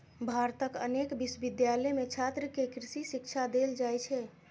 भारतक अनेक विश्वविद्यालय मे छात्र कें कृषि शिक्षा देल जाइ छै